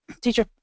teacher